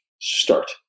Start